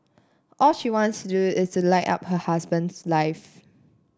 all she wants to do is to light up her husband's life